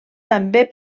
també